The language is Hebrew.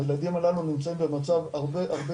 הילדים הללו נמצאים במצב הרבה הרבה